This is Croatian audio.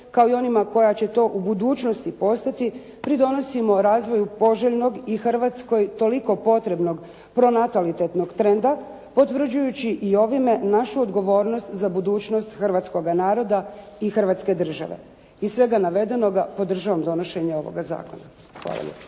kao i onima koja će to u budućnosti postati, pridonosimo razvoju poželjnog i Hrvatskoj toliko potrebnog pronatalitetnog trenda, potvrđujući i ovime našu odgovornost za budućnost hrvatskoga naroda i hrvatske države. Iz svega navedenoga podržavam donošenje ovoga zakona. Hvala